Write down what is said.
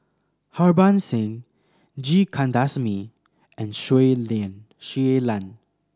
Harbans Singh G Kandasamy and Shui Lan